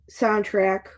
soundtrack